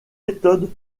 méthode